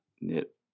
knit